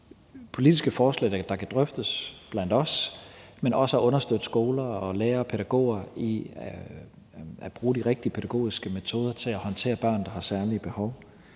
politiske forslag, der kan drøftes blandt os, men også at understøtte skoler, lærere og pædagoger i at bruge de rigtige pædagogiske metoder til at håndtere børn, der har særlige behov.